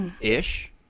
ish